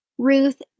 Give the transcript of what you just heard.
Ruth